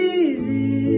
easy